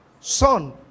son